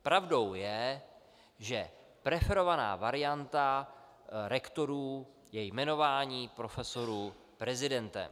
Pravdou je, že preferovaná varianta rektorů je jmenování profesorů prezidentem.